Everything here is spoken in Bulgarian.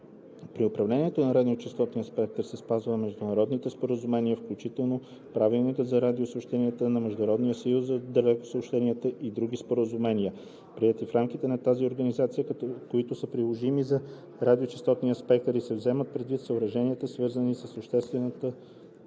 При управлението на радиочестотния спектър се спазват международните споразумения, включително Правилникът за радиосъобщенията на Международния съюз по далекосъобщения и други споразумения, приети в рамките на тази организация, които са приложими за радиочестотния спектър, и се вземат предвид съображения, свързани с обществената